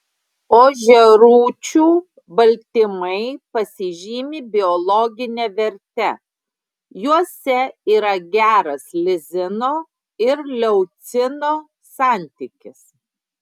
ožiarūčių baltymai pasižymi biologine verte juose yra geras lizino ir leucino santykis